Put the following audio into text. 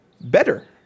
better